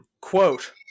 Quote